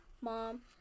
Mom